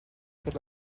per